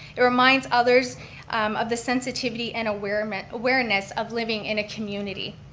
it reminds others of the sensitivity and awareness awareness of living in a community.